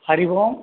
हरिः ओम्